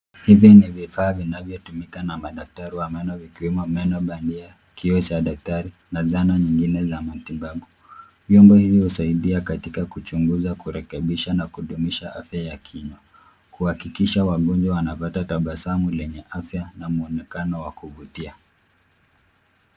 Hivi ni vifaa vinavyotumika na madaktari wa meno vikiwemo meno bandia, kioo cha daktari na zana nyingine za matibabu. Vyombo hivi husaidia katika kuchunguza, kurekebisha na kudumisha afya ya kinywa. Kuhakikisha wagonjwa wanapata tabasamu lenye afya na mwonekano wa kuvutia.